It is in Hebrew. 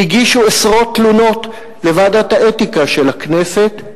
והגישו עשרות תלונות לוועדת האתיקה של הכנסת,